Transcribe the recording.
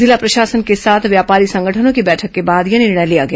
जिला प्रशासन के साथ व्यापारी संगठनों की बैठक के बाद यह निर्णय लिया गया